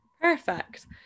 Perfect